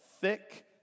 thick